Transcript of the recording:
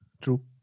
true